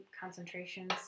concentrations